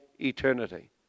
eternity